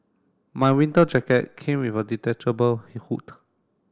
my winter jacket came with a detachable hood